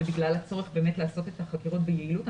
ובגלל הצורך לעשות את החקירות ביעילות,